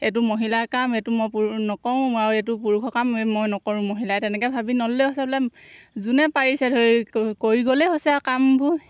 এইটো মহিলাৰ কাম এইটো মই পুৰুষ নকৰোঁ আৰু এইটো পুৰুষৰ কাম এই মই নকৰোঁ মহিলাই তেনেকৈ ভাবি নল'লে হৈছে বোলে যোনে পাৰিছে ধৰি কৰি গ'লে হৈছে আৰু কামবোৰ